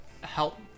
Help